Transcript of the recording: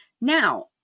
Now